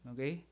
Okay